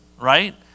right